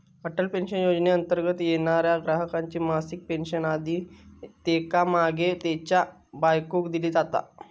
Atal pension योजनेंतर्गत येणाऱ्या ग्राहकाची मासिक पेन्शन आधी त्येका मागे त्येच्या बायकोक दिली जाता